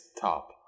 top